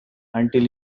until